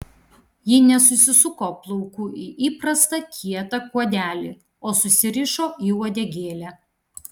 ji nesusisuko plaukų į įprastą kietą kuodelį o susirišo į uodegėlę